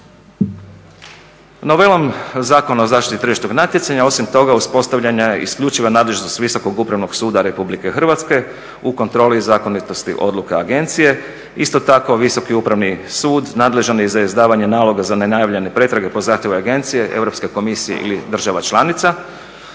Novelom Zakona o zaštiti tržišnog natjecanja osim toga uspostavljena je isključiva nadležnost Visokog upravnog suda Republike Hrvatske u kontroli zakonitosti odluka agencije. Isto tako Visoki upravni sud nadležan je za izdavanje naloga za nenajavljene pretrage po zahtjevu agencije, Europske komisije ili država članica.